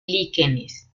líquenes